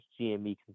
GME